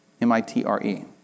M-I-T-R-E